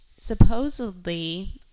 supposedly